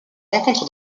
rencontre